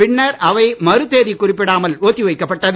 பின்னர் அவை மறு தேதி குறிப்பிடாமல் ஒத்தி வைக்கப்பட்டது